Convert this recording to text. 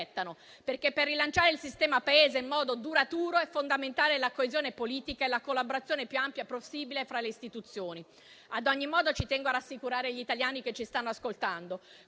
Per rilanciare il sistema Paese in modo duraturo sono fondamentali la coesione politica e la collaborazione più ampia possibile fra le istituzioni. Ad ogni modo ci tengo a rassicurare gli italiani che ci stanno ascoltando: